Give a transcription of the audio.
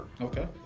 Okay